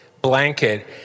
blanket